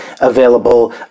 available